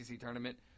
tournament